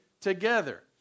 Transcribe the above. together